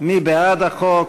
מי בעד החוק?